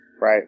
Right